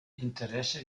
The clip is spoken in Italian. interesse